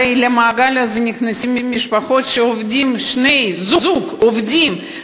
הרי למעגל הזה נכנסות משפחות שבהן שני בני-הזוג עובדים,